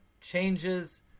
changes